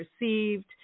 received